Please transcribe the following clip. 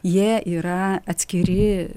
jie yra atskiri